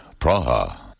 Praha